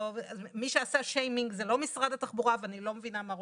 מי שעשה שיימינג זה לא משרד התחבורה ואני לא מבינה מה רוצים.